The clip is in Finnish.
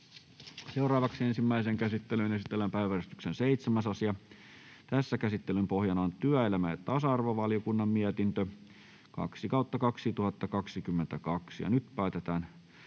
Content: Ensimmäiseen käsittelyyn esitellään päiväjärjestyksen 7. asia. Käsittelyn pohjana on työelämä‑ ja tasa-arvovaliokunnan mietintö TyVM 2/2022 vp. Nyt päätetään